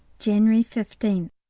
january fifteenth.